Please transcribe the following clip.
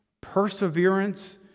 perseverance